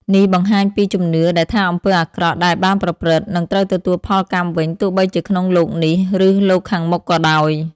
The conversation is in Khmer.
នេះបង្ហាញពីជំនឿដែលថាអំពើអាក្រក់ដែលបានប្រព្រឹត្ត នឹងត្រូវទទួលផលកម្មវិញទោះបីជាក្នុងលោកនេះ ឬលោកខាងមុខក៏ដោយ។